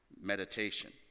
meditation